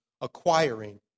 acquiring